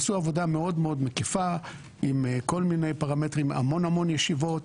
הם עשו עבודה מאוד-מאוד מקיפה עם כול מיני פרמטרים והמון-המון ישיבות.